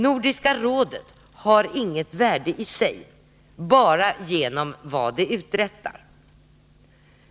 Nordiska rådet har inget värde i sig, bara genom vad det uträttar.